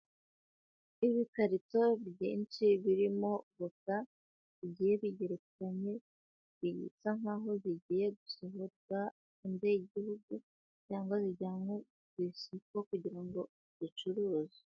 Ibikarito byinshi birimo voka bigiye bigerekanye, bisa nkaho bigiye gusohoka hanze y'igihugu cyangwa bijyanywe ku isoko kugira ngo bicuruzwe.